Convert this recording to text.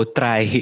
try